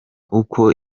uko